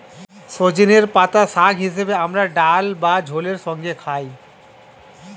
সজনের পাতা শাক হিসেবে আমরা ডাল বা ঝোলের সঙ্গে খাই